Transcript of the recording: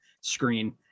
screen